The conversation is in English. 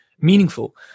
meaningful